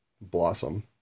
blossom